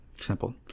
Simple